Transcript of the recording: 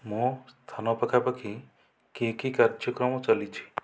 ମୋ ସ୍ଥାନ ପାଖାପାଖି କି କି କାର୍ଯ୍ୟକ୍ରମ ଚାଲିଛି